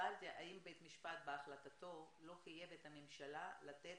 האם בית המשפט בהחלטתו לא חייב את הממשלה לתת